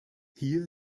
hier